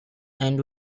and